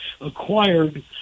acquired